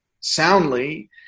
soundly